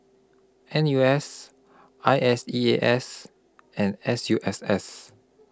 N U S I S E A S and S U S S